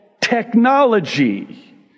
technology